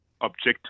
objective